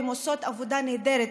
הן עושות עבודה נהדרת,